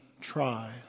try